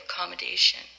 accommodation